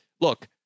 look